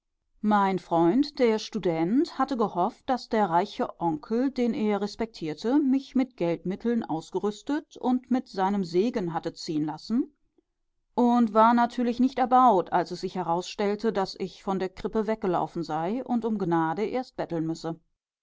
mein freund der student hatte gehofft daß der reiche onkel den er respektierte mich mit geldmitteln ausgerüstet und mit seinem segen hatte ziehen lassen und war natürlich nicht erbaut als es sich herausstellte daß ich von der krippe weggelaufen sei und um gnade erst betteln müsse